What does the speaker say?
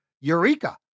Eureka